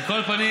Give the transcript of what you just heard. אני,